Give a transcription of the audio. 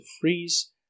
freeze